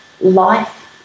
life